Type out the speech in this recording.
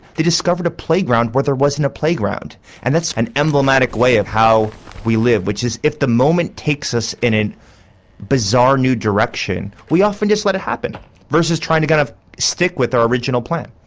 they discovered a playground where there wasn't a playground and that's an emblematic way of how we live which is if the moment takes us in a bizarre new direction we often just let it happen versus trying to kind of stick with our original plan.